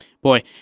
boy